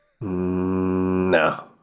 No